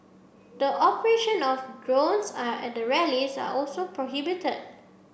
the operation of drones are at the rallies are also prohibited